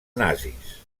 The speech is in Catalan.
nazis